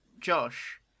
Josh